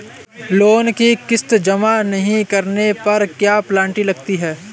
Loan की किश्त जमा नहीं कराने पर क्या पेनल्टी लगती है?